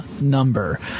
number